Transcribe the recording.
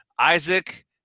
Isaac